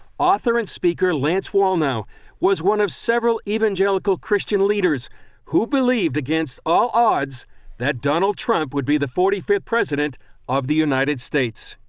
author and speaker lance wallnau was one of several evangelical christian leaders who believed against all odds that donald trump would be the forty fifth president of the united states.